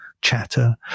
chatter